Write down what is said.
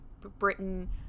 Britain